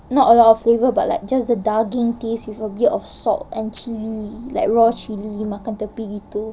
not a lot of flavour but like just the daging taste with a bit of salt and like chilli like raw chilli makan tepi gitu